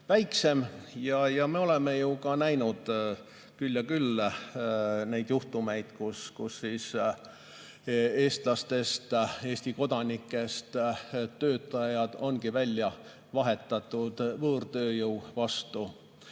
Me oleme näinud küll ja küll neid juhtumeid, kus eestlastest, Eesti kodanikest töötajad on välja vahetatud võõrtööjõu vastu.